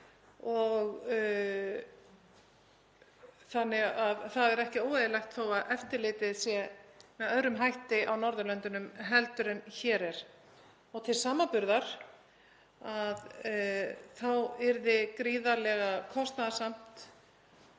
þannig að það er ekki óeðlilegt að eftirlitið sé með öðrum hætti á Norðurlöndunum en hér er. Til samanburðar þá yrði gríðarlega kostnaðarsamt